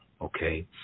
okay